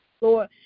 Lord